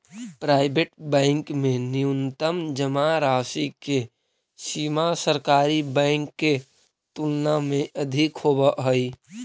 private bank में न्यूनतम जमा राशि के सीमा सरकारी बैंक के तुलना में अधिक होवऽ हइ